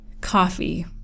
coffee